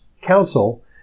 council